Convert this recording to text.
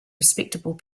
respectable